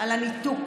על הניתוק.